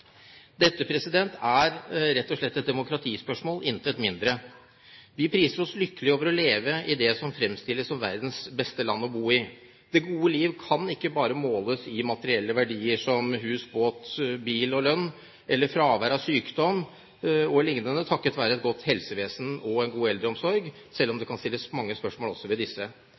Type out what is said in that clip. Dette er rett og slett et demokratispørsmål, intet mindre. Vi priser oss lykkelige over å leve i det som fremstilles som verdens beste land å bo i. Det gode liv kan ikke bare måles i materielle verdier som hus, båt, bil og lønn eller i fravær av sykdom o.l. takket være et godt helsevesen og en god eldreomsorg, selv om det kan stilles mange spørsmål også ved disse.